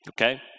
Okay